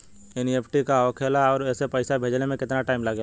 NEFT का होखे ला आउर एसे पैसा भेजे मे केतना टाइम लागेला?